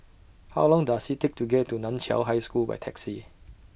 How Long Does IT Take to get to NAN Chiau High School By Taxi